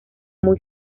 muy